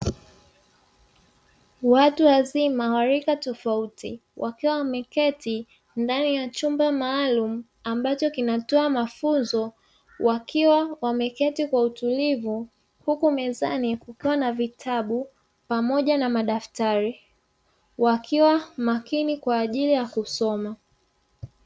Watu wazima wa rika tofauti wakiwa wameketi ndani ya chumba maalumu ambacho kinatoa mafunzo, wakiwa wameketi kwa utulivu huku mezani kukiwa na vitabu pamoja na madaftari, wakiwa makini kwa ajili ya kusoma.